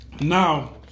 Now